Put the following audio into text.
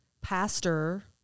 pastor